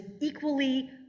equally